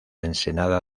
ensenada